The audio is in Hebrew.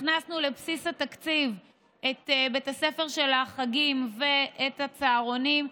הכנסנו לבסיס התקציב את בית הספר של החגים ואת הצהרונים.